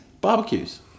barbecues